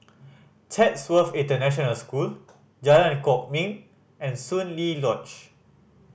Chatsworth International School Jalan Kwok Min and Soon Lee Lodge